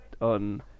on